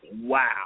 Wow